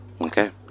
okay